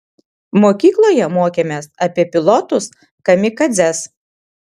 mokykloje mokėmės apie pilotus kamikadzes